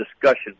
discussion